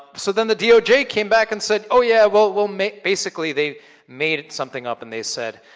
so then the doj came back and said, oh yeah we'll we'll make, basically, they made something up and they said,